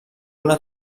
una